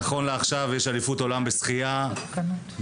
נכון לעכשיו, יש אליפות עולם בשחייה בבודפשט.